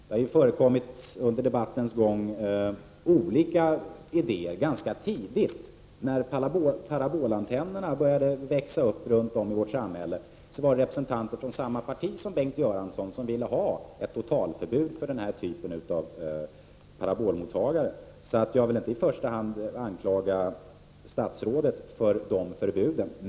Det har under debattens gång förekommit olika idéer i detta sammanhang. Ganska tidigt, när parabolantennerna började förekomma runt om i vårt samhälle, fanns det representanter från samma parti som Bengt Göransson som ville ha ett totalförbud mot den här typen av parabolmottagare. Jag vill således inte i första hand anklaga statsrådet för dessa förbud.